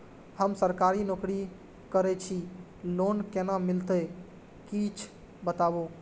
हम सरकारी नौकरी करै छी लोन केना मिलते कीछ बताबु?